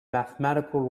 mathematical